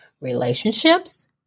relationships